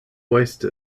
waste